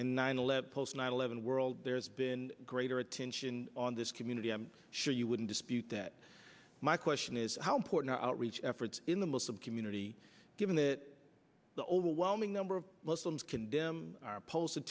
in nine eleven post nine eleven world there's been greater attention on this community i'm sure you wouldn't dispute that my question is how important outreach efforts in the muslim community given that the overwhelming number of muslims condemn are opposed